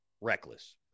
reckless